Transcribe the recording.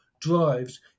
drives